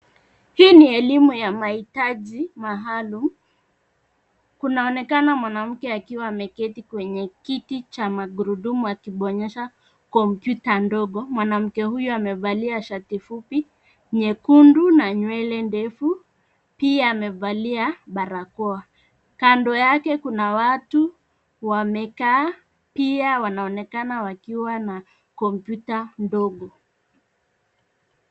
Hii ni elimu ya mahitaji maalum. Kunaonekana mwanamke akiwa ameketi kwenye kiti cha magurudumu akibonyeza kompuyta ndogo. Mwanamke huyu amevalia shati fupi nyekundu na nywele ndefu. Pia amevalia barakoa. Kando yake kuna watu wamekaa, pia wanaonekana wakiwa na kompyuta ndogo.